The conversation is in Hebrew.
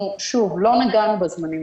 אנחנו לא נגענו בזמנים,